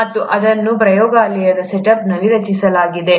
ಮತ್ತು ಅದನ್ನು ಪ್ರಯೋಗಾಲಯದ ಸೆಟಪ್ನಲ್ಲಿ ರಚಿಸಲಾಗಿದೆ